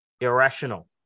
irrational